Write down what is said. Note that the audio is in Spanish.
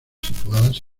situadas